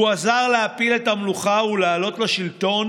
הוא עזר להפיל את המלוכה ולהעלות לשלטון